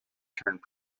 turned